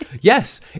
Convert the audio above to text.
yes